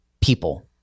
people